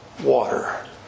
Water